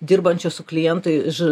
dirbančio su klientui iš